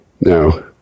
No